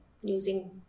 using